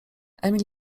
emil